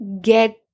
get